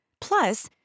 Plus